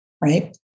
Right